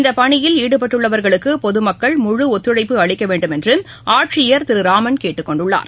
இந்த பணியில் ஈடுபட்டுள்ளவர்களுக்கு பொது மக்கள் முழு ஒத்துழைப்பு அளிக்க வேண்டும் என்று ஆட்சியர் திரு ராமன் கேட்டுக்கொண்டுள்ளார்